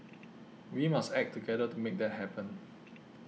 we must act together to make that happen